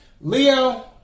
Leo